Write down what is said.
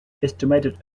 estimated